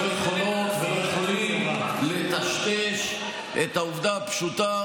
לא יכולות ולא יכולים לטשטש את העובדה הפשוטה